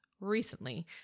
recently